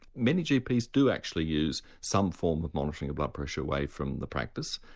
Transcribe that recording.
many gps do actually use some form of monitoring blood pressure away from the practice,